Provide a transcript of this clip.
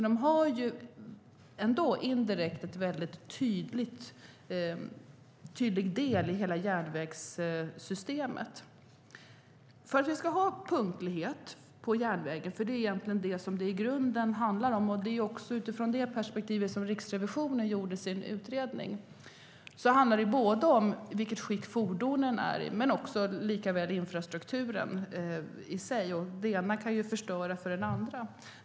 De har indirekt en mycket tydlig del i hela järnvägssystemet. För att vi ska ha punktlighet på järnväg - det är egentligen vad det i grunden handlar om, och det är också utifrån det perspektivet som Riksrevisionen gjorde sin utredning - handlar det om vilket skick fordonen är i men också om infrastrukturen i sig, och det ena kan ju förstöra för det andra.